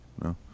No